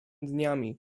dniami